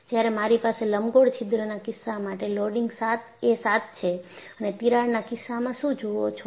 જ્યારે મારી પાસે લંબગોળ છિદ્રના કિસ્સા માટે લોડિંગ એ 7 છે અને તિરાડના કિસ્સામાં શું જુઓ છો